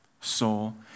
soul